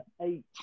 eight